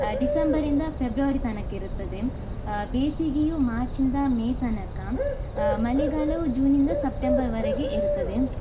ಡಿಸೆಂಬರಿಂದ ಪೆಬ್ರವರಿ ತನಕ ಇರುತ್ತದೆ ಬೇಸಿಗೆಯು ಮಾರ್ಚಿಂದ ಮೇ ತನಕ ಮಲೆಗಾಲವು ಜೂನಿಂದ ಸೆಪ್ಟೆಂಬರ್ವರೆಗೆ ಇರುತ್ತದೆ